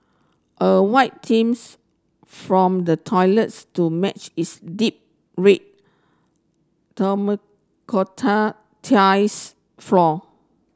a white themes from the toilets to match its deep red floor